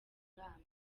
urambye